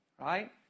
right